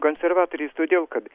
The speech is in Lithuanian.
konservatoriais todėl kad